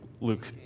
Luke